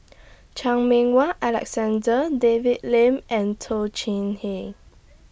Chan Meng Wah Alexander David Lim and Toh Chin Hey